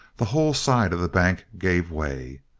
the whole side of the bank gave way.